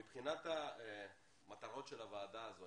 מבחינת המטרות של הוועדה הזו,